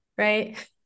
right